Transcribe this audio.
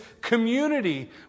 community